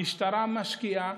המשטרה משקיעה.